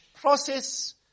process